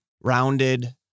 rounded